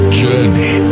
journey